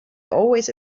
always